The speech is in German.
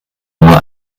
nur